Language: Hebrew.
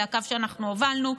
זה הקו שאנחנו הובלנו,